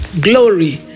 glory